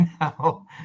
now